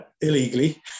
illegally